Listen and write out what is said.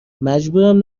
مجبورم